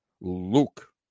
Luke